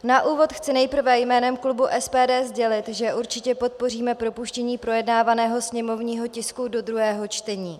Na úvod chci nejprve jménem klubu SPD sdělit, že určitě podpoříme propuštění projednávaného sněmovního tisku do druhého čtení.